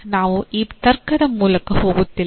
ನಾವು ಆ ತರ್ಕದ ಮೂಲಕ ಹೋಗುತ್ತಿಲ್ಲ